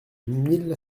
mille